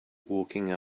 walking